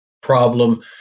problem